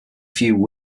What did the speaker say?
few